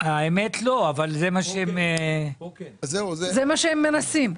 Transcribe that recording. האמת שלא, אבל זה מה שהם --- זה מה שהם מנסים.